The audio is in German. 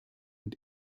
und